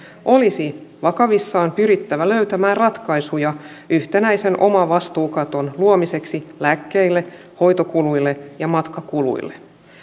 olisi vakavissaan pyrittävä löytämään ratkaisuja yhtenäisen omavastuukaton luomiseksi lääkkeille hoitokuluille ja matkakuluille